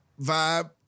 vibe